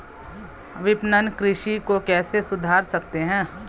विपणन कृषि को कैसे सुधार सकते हैं?